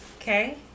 Okay